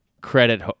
credit